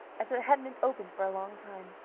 as if it hadn't been opened for a long time,